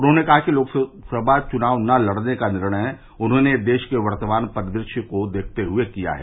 उन्होंने कहा कि लोकसभा चुनाव न लड़ने का निर्णय उन्होंने देश के वर्तमान परिदृश्य को देखते हुए किया है